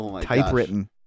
typewritten